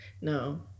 No